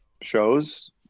shows